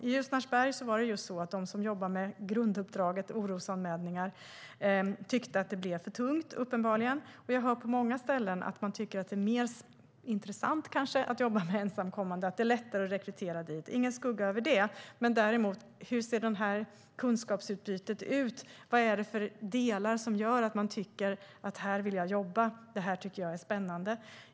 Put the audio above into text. I Ljusnarsberg tyckte uppenbarligen de som jobbade med grunduppdraget, orosanmälningar, att det blev för tungt. Jag har hört att man på många ställen kanske tycker att det är mer intressant att jobba med ensamkommande, och det är lättare att rekrytera dit. Ingen skugga över det, men hur ser kunskapsutbytet ut? Vad är det för delar som gör att man tycker att här vill jag jobba, att det här tycker jag är spännande?